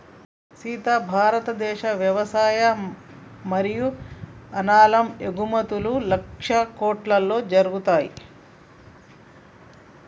సీత భారతదేశ వ్యవసాయ మరియు అనాలం ఎగుమతుం లక్షల కోట్లలో జరుగుతాయి